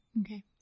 okay